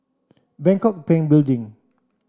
Bangkok Bank Building